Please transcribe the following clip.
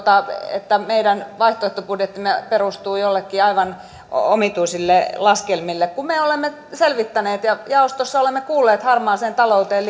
että meidän vaihtoehtobudjettimme perustuu joillekin aivan omituisille laskelmille kun me olemme selvittäneet ja jaostossa olemme kuulleet harmaaseen talouteen